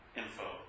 info